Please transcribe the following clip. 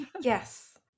Yes